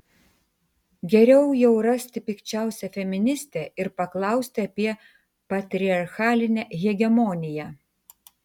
geriau jau rasti pikčiausią feministę ir paklausti apie patriarchalinę hegemoniją